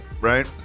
right